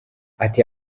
ati